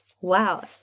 Wow